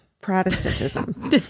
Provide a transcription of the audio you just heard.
Protestantism